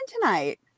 tonight